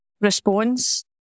response